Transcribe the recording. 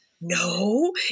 no